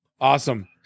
Awesome